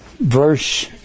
verse